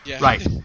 Right